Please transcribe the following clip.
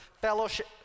fellowship